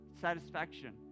satisfaction